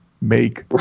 make